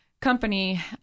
company